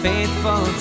faithful